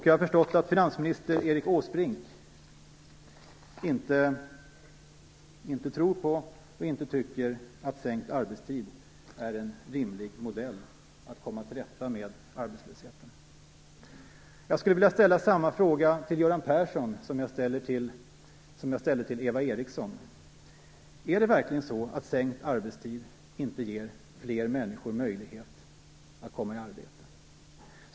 Jag har förstått att finansminister Erik Åsbrink inte tror på och inte tycker att sänkt arbetstid är en rimlig modell för att komma till rätta med arbetslösheten. Jag skulle vilja ställa samma frågor till Göran Persson som jag ställde till Eva Eriksson: Ger verkligen inte sänkt arbetstid fler människor möjlighet att komma i arbete?